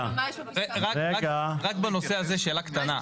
--- רק בנושא הזה שאלה קטנה.